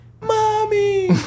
mommy